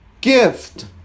gift